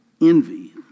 Envy